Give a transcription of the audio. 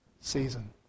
season